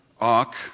ark